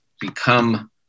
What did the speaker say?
become